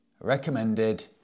recommended